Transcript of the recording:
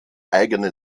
eigene